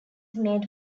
made